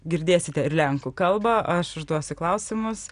girdėsite ir lenkų kalbą aš užduosiu klausimus